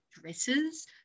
dresses